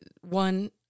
one